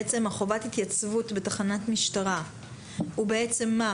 חובת התייצבות בתחנת משטרה היא בעצם מה?